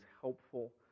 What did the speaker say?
helpful